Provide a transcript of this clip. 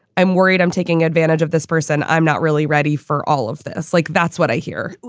i'm worried. i'm taking advantage of this person. i'm not really ready for all of this. like, that's what i hear.